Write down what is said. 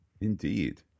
Indeed